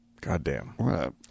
goddamn